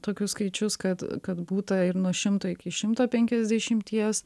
tokius skaičius kad kad būta ir nuo šimto iki šimto penkiasdešimties